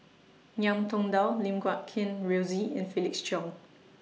Ngiam Tong Dow Lim Guat Kheng Rosie and Felix Cheong